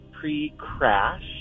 pre-crash